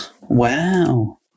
Wow